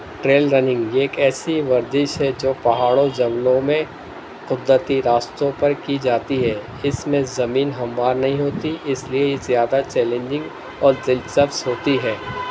trail running یہ ایک ایسی ورزش ہے جو پہاڑوں جنگلوں میں قدرتی راستوں پر کی جاتی ہے اس میں زمین ہموار نہیں ہوتی اس لیے زیادہ چیلنجنگ اور دلچپس ہوتی ہے